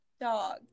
Dog